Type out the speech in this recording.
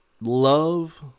love